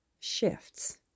shifts